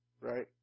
right